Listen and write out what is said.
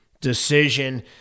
decision